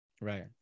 right